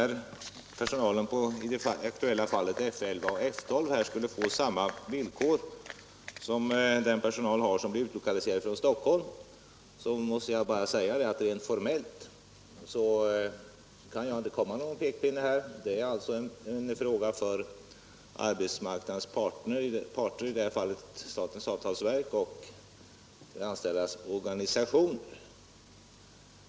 Rent formellt kan jag inte komma med någon pekpinne, det är en fråga för arbetsmarknadens parter, i det här fallet statens avtalsverk och de anställdas organisationer.